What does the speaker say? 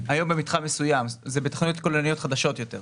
במתחם מסוים זה בתוכניות כוללניות חדשות יותר,